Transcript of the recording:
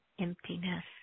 emptiness